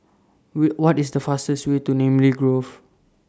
What IS The fastest Way to Namly Grove